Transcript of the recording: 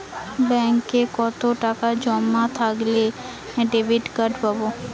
ব্যাঙ্কে কতটাকা জমা থাকলে ডেবিটকার্ড পাব?